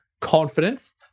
confidence